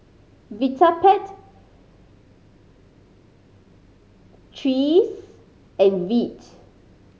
Vitapet threes and Veet